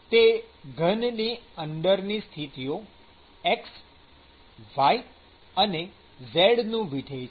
તે ઘનની અંદરની સ્થિતિઓ x y અને z નું વિધેય છે